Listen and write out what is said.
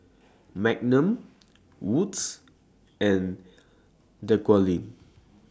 Magnum Wood's and Dequadin